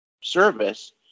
service